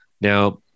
now